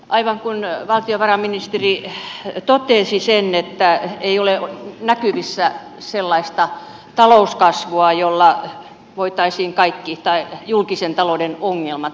aivan kuin valtiovarainministeri totesi ei ole näkyvissä sellaista talouskasvua jolla voitaisiin kaikki julkisen talouden ongelmat ratkaista